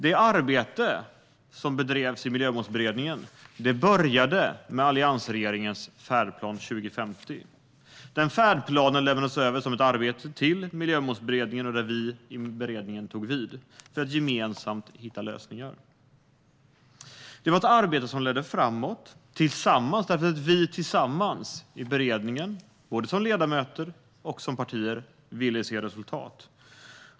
Det arbete som bedrevs i Miljömålsberedningen började med alliansregeringens Klimatfärdplan 2050. Den färdplanen lämnades över som ett arbete till Miljömålsberedningen, och vi i beredningen tog vid för att gemensamt hitta lösningar. Det var ett arbete som ledde framåt eftersom vi i beredningen tillsammans, både som ledamöter och som partier, ville se resultat.